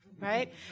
right